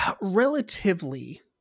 relatively